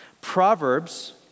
Proverbs